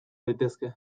daitezke